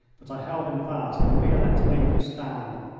but i held him fast and violette came to a stand.